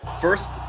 First